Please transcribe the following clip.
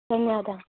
धन्यवादाः